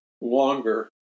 longer